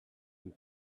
and